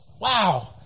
Wow